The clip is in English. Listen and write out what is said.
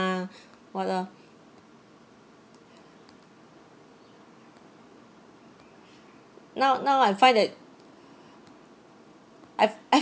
what ah now now I find that I've I